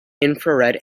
infrared